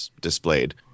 displayed